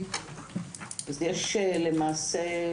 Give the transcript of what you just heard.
למעשה,